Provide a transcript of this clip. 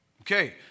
Okay